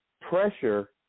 pressure